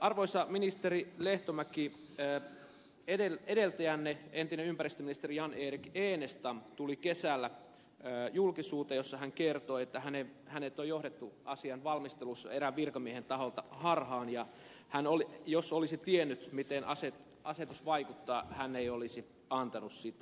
arvoisa ministeri lehtomäki edeltäjänne entinen ympäristöministeri jan erik enestam tuli kesällä julkisuuteen jossa hän kertoi että hänet on johdettu asian valmistelussa erään virkamiehen taholta harhaan ja jos hän olisi tiennyt miten asetus vaikuttaa hän ei olisi antanut sitä